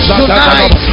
tonight